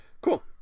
cool